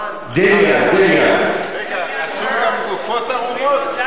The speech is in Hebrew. רגע, אסור גם גופות עירומות?